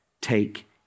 take